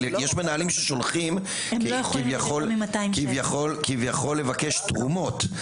יש מנהלים ששולחים כביכול לבקש תרומות.